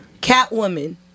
Catwoman